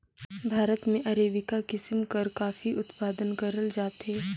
भारत में अरेबिका किसिम कर काफी उत्पादन करल जाथे